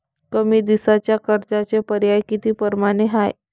कमी दिसाच्या कर्जाचे पर्याय किती परमाने हाय?